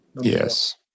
Yes